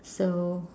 so